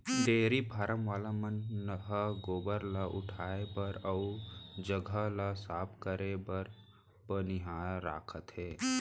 dairy farm वाला मन ह गोबर ल उठाए बर अउ जघा ल साफ करे बर बनिहार राखथें